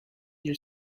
your